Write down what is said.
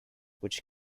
which